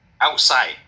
outside